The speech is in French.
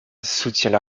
soutient